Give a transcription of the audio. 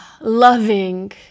loving